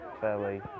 fairly